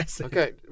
okay